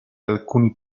alcuni